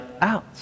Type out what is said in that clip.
out